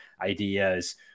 ideas